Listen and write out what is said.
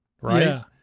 right